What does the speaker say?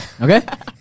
Okay